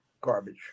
garbage